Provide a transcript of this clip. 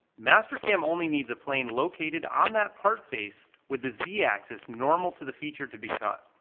mastercam only needs a plane located on that part face with the z-axis normal to the feature to be cut.